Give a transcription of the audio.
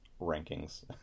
rankings